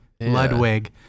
Ludwig